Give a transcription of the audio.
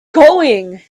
going